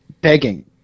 begging